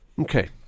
Okay